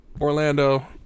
Orlando